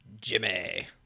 Jimmy